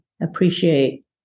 appreciate